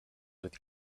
with